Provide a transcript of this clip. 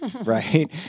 right